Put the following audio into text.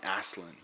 Aslan